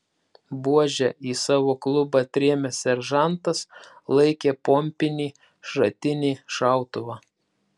buože į savo klubą atrėmęs seržantas laikė pompinį šratinį šautuvą